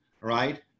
right